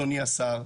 אדוני השר,